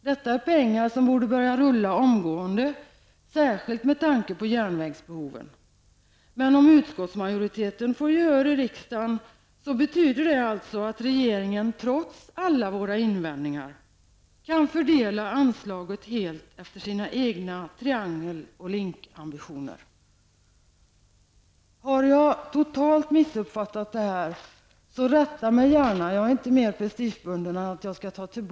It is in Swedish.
Detta är pengar som borde börja rulla omgående, särskilt med tanke på järnvägsbehoven. Men om utskottsmajoriteten får gehör i riksdagen betyder det alltså att regeringen, trots alla invändningar, kan fördela anslaget helt efter sina egna triangel och Link-ambitioner. Om jag har totalt missuppfattat detta, rätta mig gärna. Jag är inte mer prestigebunden än att jag kan ändra mig.